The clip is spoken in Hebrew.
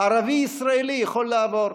ערבי ישראלי יכול לעבור.